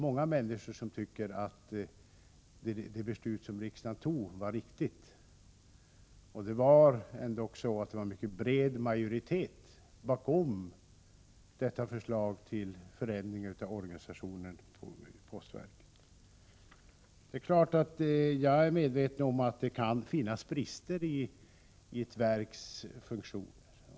Många människor tycker faktiskt att det beslut som riksdagen fattade var riktigt. Det var ändå en mycket bred majoritet bakom detta förslag till förändring av postverkets organisation. Jag är givetvis medveten om att det kan finnas brister i ett verks funktion.